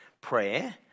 Prayer